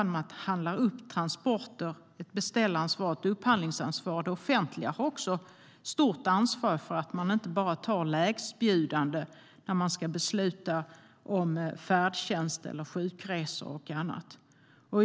Det offentliga har också ett stort ansvar för att man inte bara tar lägstbjudande när man ska besluta om färdtjänst, sjukresor och annat.